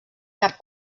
cap